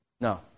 No